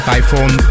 iPhone